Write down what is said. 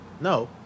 No